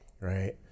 right